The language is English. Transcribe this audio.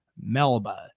Melba